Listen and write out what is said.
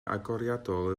agoriadol